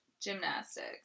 gymnastics